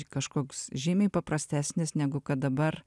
kažkoks žymiai paprastesnis negu kad dabar